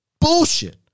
bullshit